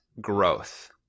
growth